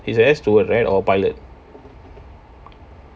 he's a air steward right or a pilot